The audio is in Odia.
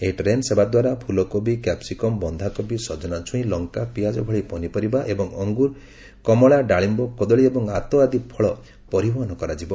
ଏହି ଟ୍ରେନ୍ ସେବାଦ୍ୱାରା ଫୁଲକୋବି କ୍ୟାପ୍ସିକମ୍ ବନ୍ଧାକୋବି ସଜନା ଛୁଇଁ ଲଙ୍କା ପିଆଜ ଭଳି ପନିପରିବା ଏବଂ ଅଙ୍ଗୁର କମଳା ଡାଳିମ୍ବ କଦଳୀ ଏବଂ ଆତ ଆଦି ଫଳ ପରିବହନ କରାଯିବ